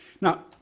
Now